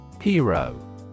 Hero